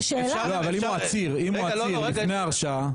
אם הוא עציר לפני הרשעה.